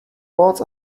words